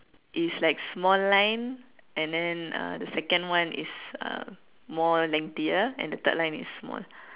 is like small line and then uh the second one is uh more lengthier and the third line is small